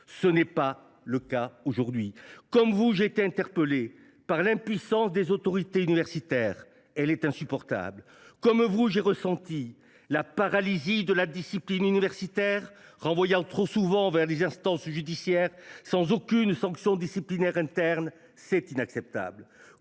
Tel n’est pas le cas aujourd’hui. Comme vous, j’ai été interpellé par l’impuissance des autorités universitaires : c’est insupportable. Comme vous, j’ai ressenti la paralysie de la discipline universitaire, renvoyant trop souvent vers les instances judiciaires sans aucune sanction disciplinaire interne : c’est inacceptable.